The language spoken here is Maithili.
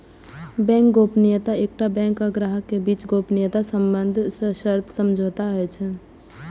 बैंक गोपनीयता एकटा बैंक आ ग्राहक के बीच गोपनीयता संबंधी सशर्त समझौता होइ छै